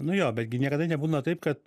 nu jo bet gi niekada nebūna taip kad